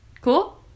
cool